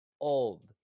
old